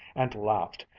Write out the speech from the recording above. and laughed,